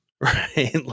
right